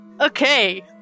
okay